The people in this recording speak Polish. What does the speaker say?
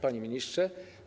Panie Ministrze!